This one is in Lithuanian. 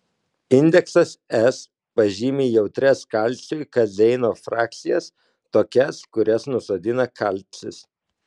indeksas s pažymi jautrias kalciui kazeino frakcijas tokias kurias nusodina kalcis